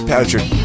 Patrick